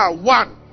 one